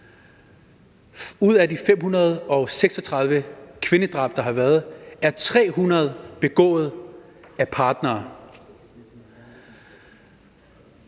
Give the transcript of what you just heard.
Ud af de 536 kvindedrab, der er blevet begået, er 300 begået af partnere.